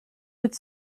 would